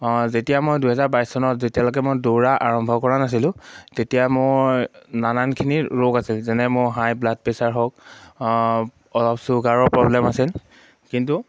যেতিয়া মই দুহেজাৰ বাইছ চনত যেতিয়ালৈকে মই দৌৰা আৰম্ভ কৰা নাছিলোঁ তেতিয়া মোৰ নানানখিনি ৰোগ আছিল যেনে মোৰ হাই ব্লাড প্ৰেছাৰ হওক অলপ চুগাৰৰ প্ৰব্লেম আছিল কিন্তু